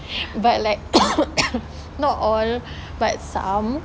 but like not all but some